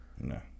no